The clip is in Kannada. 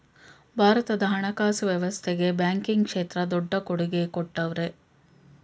ಭಾರತದ ಹಣಕಾಸು ವ್ಯವಸ್ಥೆಗೆ ಬ್ಯಾಂಕಿಂಗ್ ಕ್ಷೇತ್ರ ದೊಡ್ಡ ಕೊಡುಗೆ ಕೊಟ್ಟವ್ರೆ